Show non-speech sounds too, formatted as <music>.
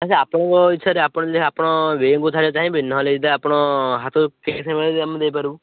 ଆଚ୍ଛା ଆପଣଙ୍କ ଇଚ୍ଛାରେ ଆପଣ ଯାହା ଆପଣ <unintelligible> ଦେଇପାରିବୁ